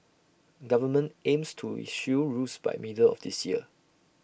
government aims to issue rules by middle of this year